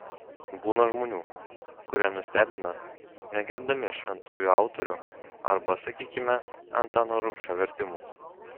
būna žmonių kurie nustebina negerbdami šventųjų autorių arba sakykime antano rubšio vertimų